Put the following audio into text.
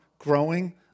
Growing